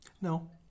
no